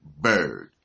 Bird